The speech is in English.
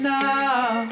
now